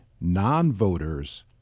non-voters